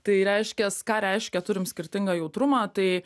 tai reiškias ką reiškia turim skirtingą jautrumą tai